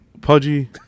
Pudgy